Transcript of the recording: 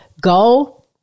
go